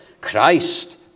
christ